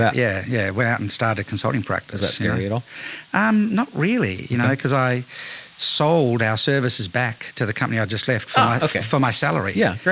yeah. yeah yeah. went out and started consulting practice. so i'm you know um not really, you know, cause i sold our services back to the company. i just left five for my salary. yeah. yeah